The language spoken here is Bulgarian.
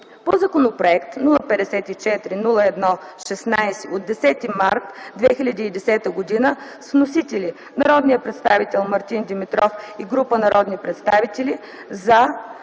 по Законопроект № 054-01-16 от 10 март 2010 г. с вносители народния представител Мартин Димитров и група народни представители: „за”